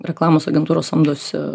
reklamos agentūros samdosi